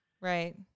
right